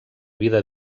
vida